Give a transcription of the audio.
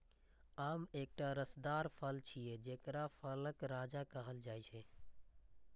आम एकटा रसदार फल छियै, जेकरा फलक राजा कहल जाइ छै